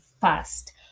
fast